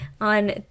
on